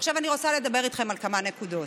עכשיו אני רוצה לדבר איתכם על כמה נקודות.